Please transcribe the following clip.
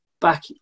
back